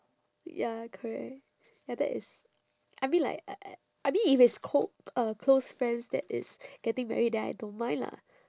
ya correct ya that is I mean like I I I mean if it's co~ uh close friends that is getting married then I don't mind lah